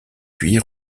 puis